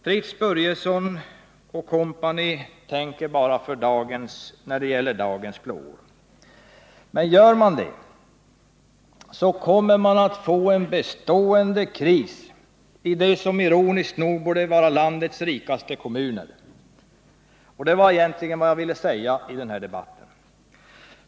Fritz Börjesson och kompani tänker bara för dagen. Men gör man det kommer man att få en bestående kris i det som ironiskt nog borde vara landets rikaste kommuner. Det var egentligen vad jag ville säga i den här debatten.